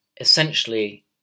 essentially